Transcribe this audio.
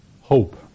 hope